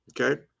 Okay